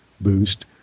boost